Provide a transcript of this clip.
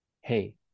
hey